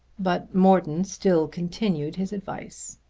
but morton still continued his advice.